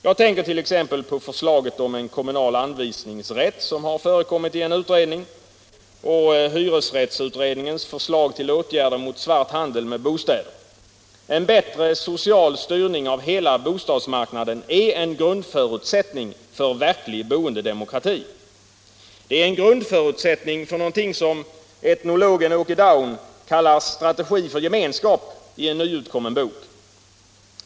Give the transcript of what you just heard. Jag tänker t.ex. på förslaget om kommunal anvisningsrätt, som har förekommit i en utredning, och hyresrättsutredningens förslag till åtgärder mot svart handel med bostäder. En bättre social styrning av hela bostadsmarknaden är en grundförutsättning för verklig boendedemokrati. Det är en grundförutsättning för något som etnologen Åke Daun kallar ”Strategi för gemenskap” i en nyutkommen bok.